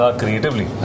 creatively